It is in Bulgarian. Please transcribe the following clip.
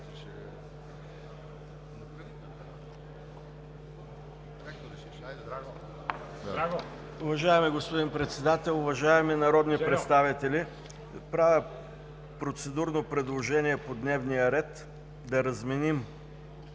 Уважаеми господин Председател, уважаеми народни представители! Правя процедурно предложение по дневния ред: да разменим